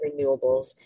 renewables